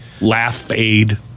Laugh-Aid